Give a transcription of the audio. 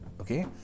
okay